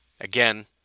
again